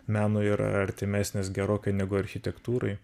menui yra artimesnis gerokai negu architektūrai